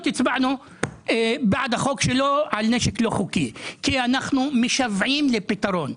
הצבענו בעד החוק שלו על נשק לא חוקי כי אנו משוועים לפתרון.